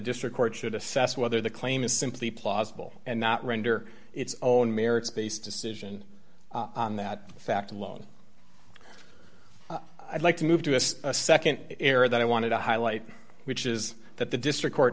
district court should assess whether the claim is simply plausible and not render its own merits based decision on that fact alone i'd like to move to a nd area that i wanted to highlight which is that the district court